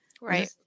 Right